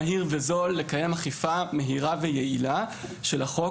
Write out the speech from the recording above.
מהיר וזול לקיים אכיפה מהירה ויעילה של החוק,